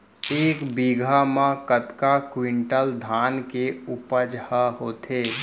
एक बीघा म कतका क्विंटल धान के उपज ह होथे?